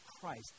Christ